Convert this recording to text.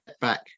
back